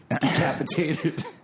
decapitated